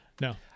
No